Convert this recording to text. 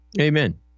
Amen